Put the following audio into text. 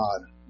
God